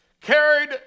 carried